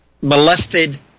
molested